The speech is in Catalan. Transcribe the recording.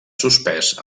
suspès